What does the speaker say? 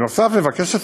נוסף על כך,